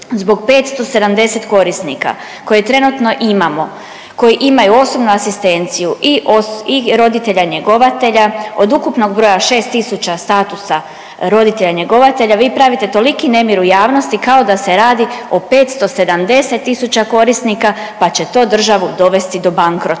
zbog 570 korisnika koje trenutno imamo, koji imaju osobnu asistenciju i roditelja njegovatelja od ukupnog broj 6 tisuća statusa roditelja njegovatelja vi pravite toliki nemir u javnosti kao da se radi o 570 tisuća korisnika pa će to državu dovesti do bankrota,